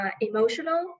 emotional